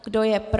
Kdo je pro?